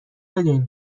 بدونین